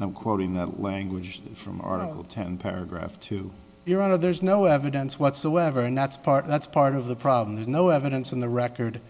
i'm quoting that language from article ten paragraph two your honor there's no evidence whatsoever and that's part that's part of the problem there's no evidence in the record